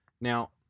Now